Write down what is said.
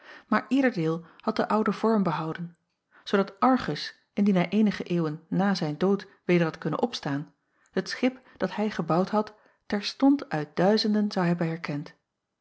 maar ieder deel had den ouden vorm behouden zoodat argus indien hij eenige eeuwen na zijn dood weder had kunnen opstaan het schip dat hij gebouwd had terstond uit duizenden zou hebben herkend